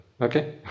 Okay